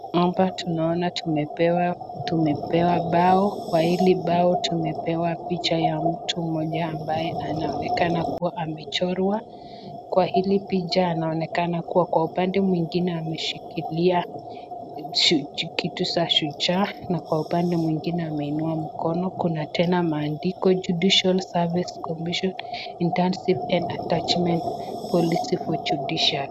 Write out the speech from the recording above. Hala tunaona tumepewa bao. Kwa hili bao tumepewa picha ya mtu mmoja ambaye anaonekana kuwa amechorwa. Kwa hili picha ameonekana kuwa kwa upande mwingine ameshikilia kitu cha shujaa na kwa upande mwingine ameinua mkono. Kuna tena maandiko, Judicial service commission internship and attachment policy for judiciary .